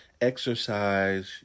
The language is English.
Exercise